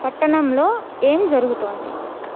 పట్టణంలో ఏం జరుగుతోంది